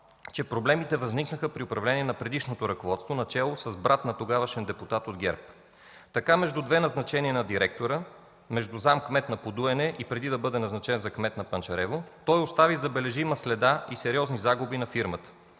че проблемите възникнаха при управление на предишното ръководство, начело с брат на тогавашен депутат от ГЕРБ. Така между две назначения на директора между зам.-кмет на „Подуяне” преди да бъде назначен за кмет на Панчарево, той остави забележима следа и сериозни загуби на фирмата,